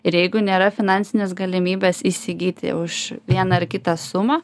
ir jeigu nėra finansinės galimybės įsigyti už vieną ar kitą sumą